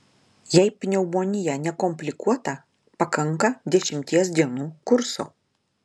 jei pneumonija nekomplikuota pakanka dešimties dienų kurso